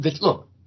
Look